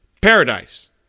Paradise